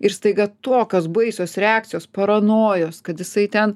ir staiga tokios baisios reakcijos paranojos kad jisai ten